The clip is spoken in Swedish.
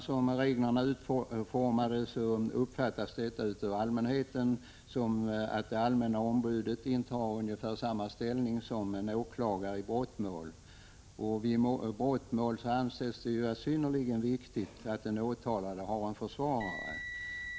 Som reglerna är utformade uppfattas de av allmänheten såsom att det allmänna ombudet intar ungefär samma ställning som en åklagare i brottmål. Vid brottmål anses det ju synnerligen viktigt att den åtalade har en försvarare.